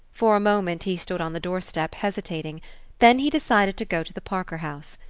for a moment he stood on the door-step hesitating then he decided to go to the parker house.